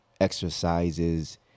exercises